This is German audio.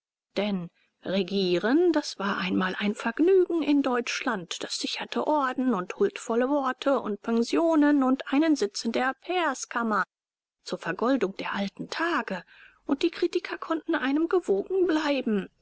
denn regieren das war einmal ein vergnügen in deutschland das sicherte orden und huldvolle worte und pensionen und einen sitz in der pairskammer zur vergoldung der alten tage und die kritiker konnten einem gewogen bleiben